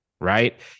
Right